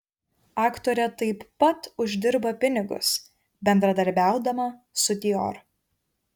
aktorė taip pat uždirba pinigus bendradarbiaudama su dior